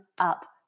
up